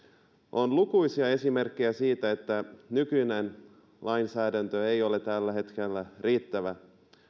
on lukuisia esimerkkejä siitä että nykyinen lainsäädäntö ei ole tällä hetkellä riittävä